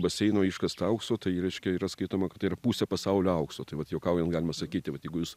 baseino iškasta aukso tai reiškia yra skaitoma kad tai yra pusė pasaulio aukso tai vat juokaujant galima sakyti vat jeigu jūs